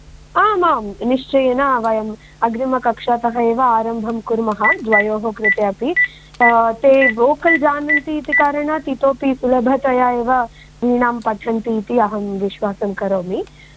आमां निश्चयेन वयम् अग्रिमकक्षातः एव आरम्भं कुर्मः द्वयोः कृते अपि ते वोकल् जानन्ति इति कारणात् इतोपि सुलभतया एव वीणां पठन्ति इति अहं विश्वासं करोमि